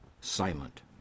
silent